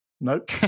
Nope